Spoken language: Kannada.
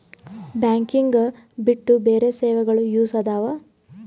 ಬ್ಯಾಂಕಿಂಗ್ ಬಿಟ್ಟು ಬೇರೆ ಸೇವೆಗಳು ಯೂಸ್ ಇದಾವ?